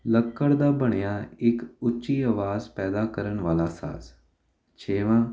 ਲੱਕੜ ਦਾ ਬਣਿਆ ਇੱਕ ਉੱਚੀ ਆਵਾਜ਼ ਪੈਦਾ ਕਰਨ ਵਾਲਾ ਸਾਜ਼ ਛੇਵਾਂ